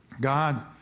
God